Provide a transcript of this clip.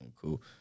cool